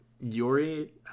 Yuri